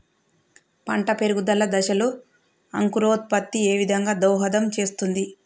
పంట పెరుగుదల దశలో అంకురోత్ఫత్తి ఏ విధంగా దోహదం చేస్తుంది?